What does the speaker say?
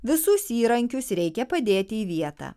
visus įrankius reikia padėti į vietą